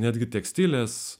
netgi tekstilės